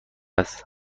است